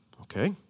okay